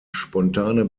spontane